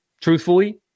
truthfully